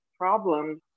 problems